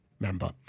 member